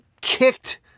kicked